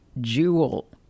jewel